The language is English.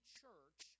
church